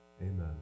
Amen